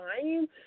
time